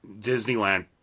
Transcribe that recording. Disneyland